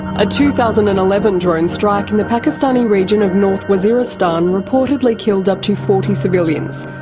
a two thousand and eleven drone strike in the pakistani region of north waziristan reportedly killed up to forty civilians.